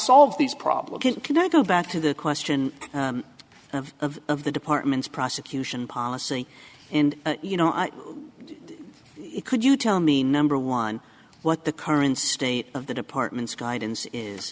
solve these problems can i go back to the question of of the department's prosecution policy and you know it could you tell me number one what the current state of the department's guidance is